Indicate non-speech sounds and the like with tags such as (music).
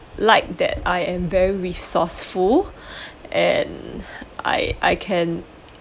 like that I am very resourceful (breath) and (breath) I I can